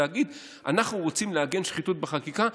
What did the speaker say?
להגיד: אנחנו רוצים לעגן שחיתות בחקיקה.